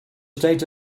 state